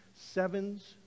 sevens